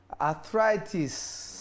arthritis